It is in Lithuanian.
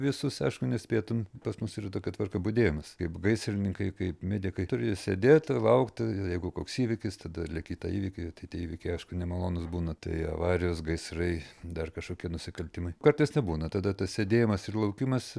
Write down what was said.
visus aišku nespėtum pas mus yra tokia tvarka budėjimas kaip gaisrininkai kaip medikai turi sėdėti laukti jeigu koks įvykis tada leki į tą įvykį tai tie įvykiai aišku nemalonūs būna tai avarijos gaisrai dar kažkokie nusikaltimai kartais nebūna tada tas sėdėjimas ir laukimas